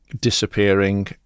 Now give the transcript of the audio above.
disappearing